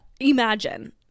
imagine